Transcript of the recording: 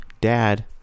Dad